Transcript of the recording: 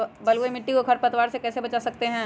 बलुई मिट्टी को खर पतवार से कैसे बच्चा सकते हैँ?